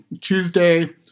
Tuesday